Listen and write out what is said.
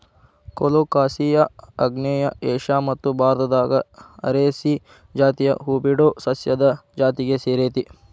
colocasia ಆಗ್ನೇಯ Asia ಮತ್ತು ಭಾರತದಾಗ ಅರೇಸಿ ಜಾತಿಯ ಹೂಬಿಡೊ ಸಸ್ಯದ ಜಾತಿಗೆ ಸೇರೇತಿ